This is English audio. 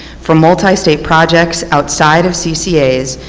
for multistate projects outside of ccas,